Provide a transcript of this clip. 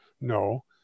No